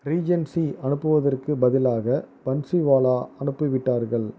Regency அனுப்புவதற்குப் பதிலாக பன்ஸிவாலா அனுப்பிவிட்டார்கள்